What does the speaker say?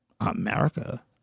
America